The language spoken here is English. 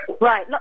Right